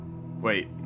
Wait